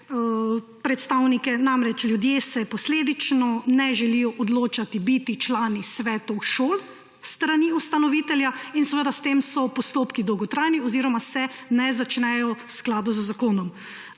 predstavnike. Ljudje se posledično ne želijo odločati biti člani svetov šol s strani ustanovitelja in seveda s tem so postopki dolgotrajni oziroma se ne začnejo v skladu z zakonom.